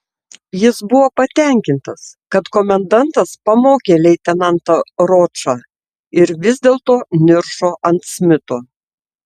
jis buvo patenkintas kad komendantas pamokė leitenantą ročą ir vis dėlto niršo ant smito